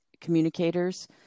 communicators